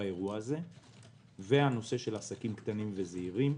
בנושא הזה ועסקים קטנים וזעירים.